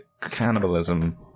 cannibalism